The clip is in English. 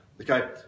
okay